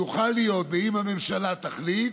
יוכל להיות, אם הממשלה תחליט,